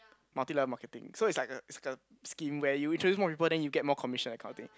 multi level marketing so it's like a it's like a scheme where you introduce more people then you get more commission that kind of thing